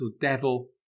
devil